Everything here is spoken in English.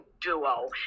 duo